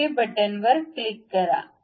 okay button click करा